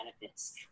benefits